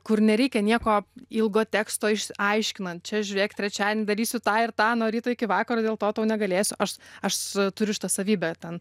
kur nereikia nieko ilgo teksto aiškinant čia žiūrėk trečiadienį darysiu taąir tą nuo ryto iki vakaro dėl to tau negalėsiu aš aš turiu šitą savybę ten